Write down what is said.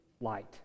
light